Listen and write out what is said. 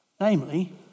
Namely